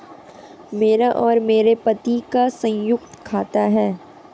मेरा और मेरे पति का संयुक्त खाता है